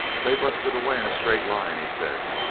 they busted away in a straight line, he said,